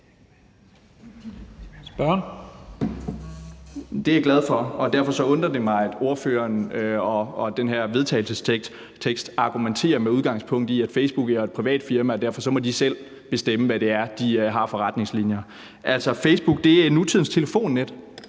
Det er jeg glad for. Derfor undrer det mig, at ordføreren og den her vedtagelsestekst argumenterer med udgangspunkt i, at Facebook er et privat firma, og derfor må de selv bestemme, hvad de har for retningslinjer. Altså, Facebook er nutidens telefonnet,